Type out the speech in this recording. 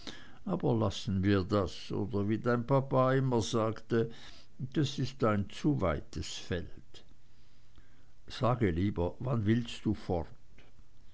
aber lassen wir das oder wie dein papa immer sagte das ist ein zu weites feld sage lieber wann willst du fort